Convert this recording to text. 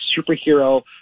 superhero